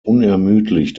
unermüdlich